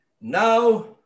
Now